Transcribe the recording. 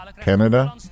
Canada